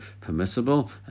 permissible